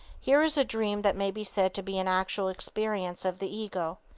here is a dream that may be said to be an actual experience of the ego.